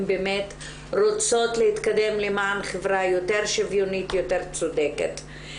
באמת רוצות להתקדם למען חברה יותר שוויונית ויותר צודקת.